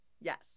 Yes